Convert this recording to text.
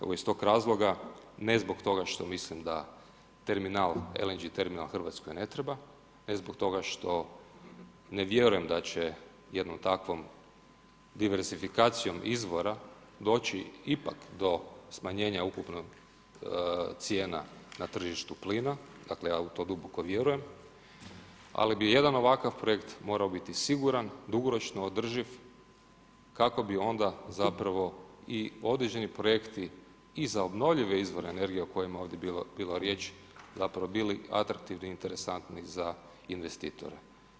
Evo iz tog razloga, ne zbog toga što mislim da LNG terminal Hrvatskoj treba, ne zbog toga što ne vjerujem da će jednom takvom diversifikacijom izvora doći ipak do smanjenja ukupne cijene na tržištu plina, dakle ja u to duboko vjerujem, ali bi jedan ovakav projekt morao biti siguran, dugoročno održiv kako bi onda zapravo i određeni projekti i za obnovljive izvore energije o kojima je ovdje bila riječ, zapravo bili atraktivni i interesantni za investitore.